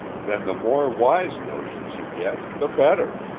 then the more wise notions you get the better.